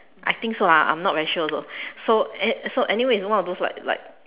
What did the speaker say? I think so lah I not very sure also so so anyway it is one of those like like